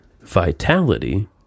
vitality